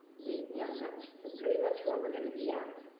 we you know that's pretty much where we're going to be at.